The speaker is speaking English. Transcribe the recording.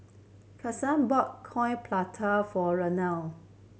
Kanesha bought Coin Prata for Iona